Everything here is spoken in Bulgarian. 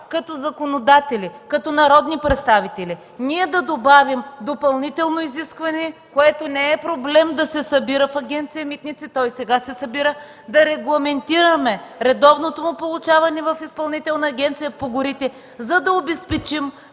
като законодатели, като народни представители да добавим допълнително изискване, което не е проблем да се събира в Агенция „Митници” – то и сега се събира, да регламентираме редовното му получаване в Изпълнителната агенция по горите, за да обезпечим